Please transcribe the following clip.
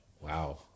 Wow